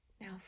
Now